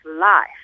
life